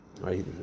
right